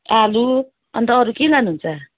आलु अन्त अरू के लानुहुन्छ